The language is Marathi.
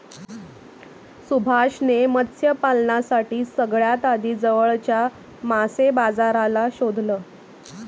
सुभाष ने मत्स्य पालनासाठी सगळ्यात आधी जवळच्या मासे बाजाराला शोधलं